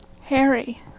Harry